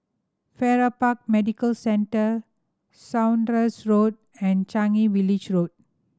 Farrer Park Medical Centre Saunders Road and Changi Village Road